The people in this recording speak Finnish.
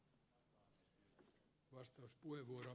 arvoisa puhemies